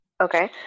Okay